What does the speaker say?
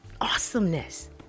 awesomeness